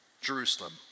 Jerusalem